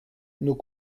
nos